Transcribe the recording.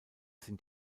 sind